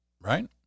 Right